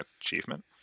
achievement